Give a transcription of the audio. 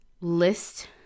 list